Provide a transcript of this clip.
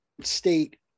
state